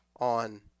on